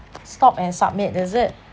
stop and submit is it